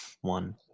one